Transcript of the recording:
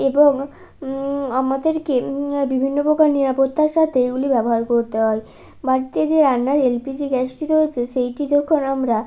এবং আমাদেরকে বিভিন্ন প্রকার নিরাপত্তার সাথে এগুলি ব্যবহার করতে হয় বাড়িতে যে রান্নার এলপিজি গ্যাসটি রয়েছে সেইটি যখন আমরা